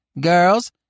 Girls